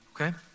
Okay